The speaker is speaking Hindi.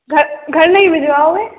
घर घर नहीं भिजवाओगे